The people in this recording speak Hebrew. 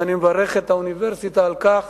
ואני מברך את האוניברסיטה על כך